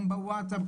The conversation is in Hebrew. גם בווטסאפ,